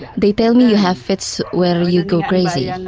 they tell me you have fits where you go crazy? and